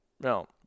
No